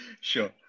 Sure